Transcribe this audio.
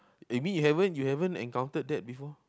you mean you haven't you haven't encountered that before